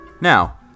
Now